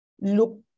look